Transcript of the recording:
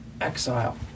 exile